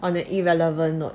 on a irrelevant note